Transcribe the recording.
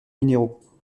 minéraux